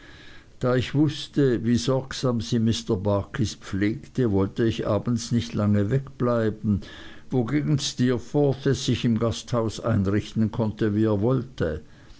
da ich wußte wie sorgsam sie mr barkis pflegte wollte ich abends nicht lang wegbleiben wogegen steerforth es sich im gasthaus einrichten konnte wie er wollte